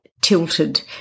tilted